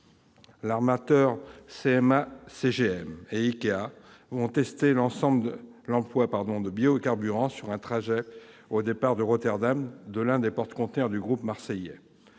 français CMA CGM et Ikea vont tester l'emploi de biocarburants sur un trajet au départ de Rotterdam de l'un des porte-conteneurs du groupe marseillais.